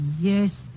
yes